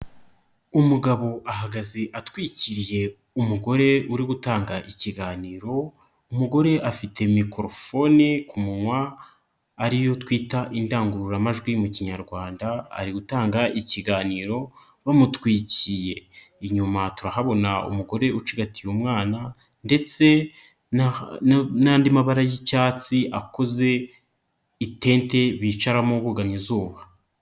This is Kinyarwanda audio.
Umugabo ahagaze atwikiriye umugore uri gutanga ikiganiro, umugore afite microphone ku munwa ariyo twita indangururamajwi mu kinyarwanda, ari gutanga ikiganiro bamutwikiriye. Inyuma turahabona umugore ucigatiye umwana ndetse n'andi mabara y'icyatsi akoze itente bicaramo bugamye izuba.